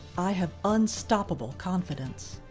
i have unstoppable confidence.